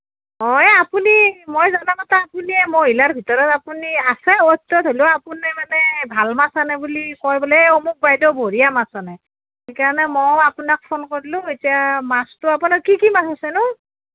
অঁ এই আপুনি মই জনামতে আপুনি মহিলাৰ ভিতৰত আপুনি আছে অ'ত ত'ত হ'লেও আপুনি বোলে ভাল মাছ আনে বুলি কয় বোলে এই অমুক বাইদেউ বঢ়িয়া মাছ আনে সেইকাৰণে মইও আপোনাক ফোন কৰিলোঁ এতিয়া মাছটো আপোনাৰ কি কি মাছ আছেনো